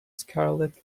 scarlet